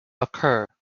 occur